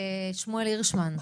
שמואל הירשמן,